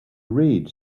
read